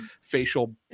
facial